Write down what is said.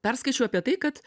perskaičiau apie tai kad